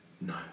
No